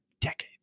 decades